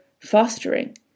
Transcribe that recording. fostering